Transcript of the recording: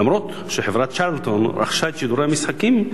אף שחברת "צ'רלטון" רכשה את שידורי המשחקים.